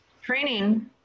training